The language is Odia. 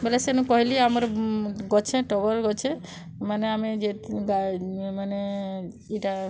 ବୋଲେ ସେନୁ କହିଲି ଆମର୍ ଗଛେ ଟଗର୍ ଗଛେ ମାନେ ଆମେ ଯେତେ ମାନେ ଇଟା